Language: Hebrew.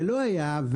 ולא היה,